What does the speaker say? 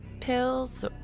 pills